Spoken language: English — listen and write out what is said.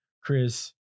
Chris